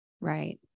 Right